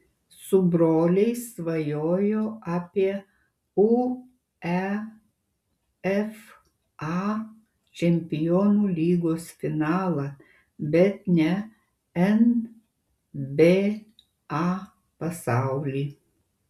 su broliais svajojo apie uefa čempionų lygos finalą bet ne nba pasaulį